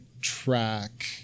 track